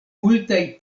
multaj